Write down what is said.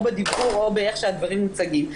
או בדיבור או באיך שהדברים מוצגים.